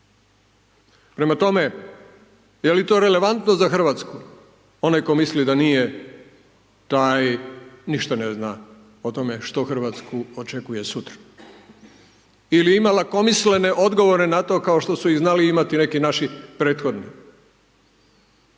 Prema tome, je li to relevantno za Hrvatsku? Onaj tko misli da nije, taj ništa ne zna o tome što Hrvatsku očekuje sutra. Ili ima lakomislene odgovore na to kao što su ih znali imati neki naši prethodni.